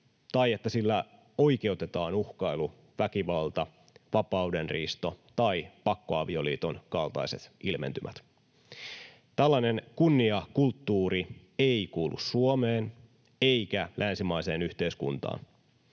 tai että sillä oikeutetaan uhkailu, väkivalta, vapaudenriisto tai pakkoavioliiton kaltaiset ilmentymät. Tällainen kunniakulttuuri ei kuulu Suomeen eikä länsimaiseen yhteiskuntaan.